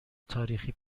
تاریخی